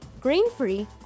grain-free